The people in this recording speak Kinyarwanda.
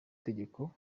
tegeko